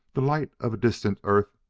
the light of a distant earth,